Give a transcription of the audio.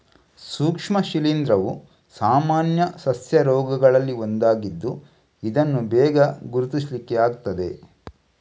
ಸೂಕ್ಷ್ಮ ಶಿಲೀಂಧ್ರವು ಸಾಮಾನ್ಯ ಸಸ್ಯ ರೋಗಗಳಲ್ಲಿ ಒಂದಾಗಿದ್ದು ಇದನ್ನ ಬೇಗ ಗುರುತಿಸ್ಲಿಕ್ಕೆ ಆಗ್ತದೆ